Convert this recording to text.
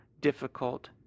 difficult